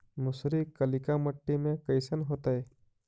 मसुरी कलिका मट्टी में कईसन होतै?